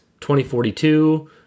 2042